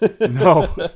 No